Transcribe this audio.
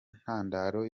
ntandaro